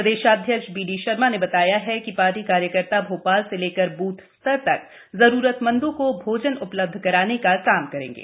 प्रदेशाध्यक्ष वीडी शर्मा ने बताया कि पार्टी कार्यकर्ता भोपाल से लेकर बूथ स्तर तक जरूरत मंदों को भोजन उपलब्ध कराने का काम करेंगे